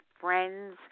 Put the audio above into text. Friends